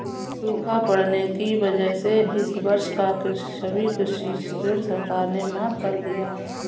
सूखा पड़ने की वजह से इस वर्ष का सभी कृषि ऋण सरकार ने माफ़ कर दिया है